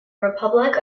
republic